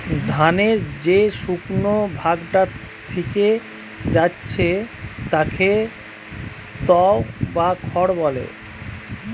ধানের যে শুকনো ভাগটা থিকে যাচ্ছে তাকে স্ত্রও বা খড় বলে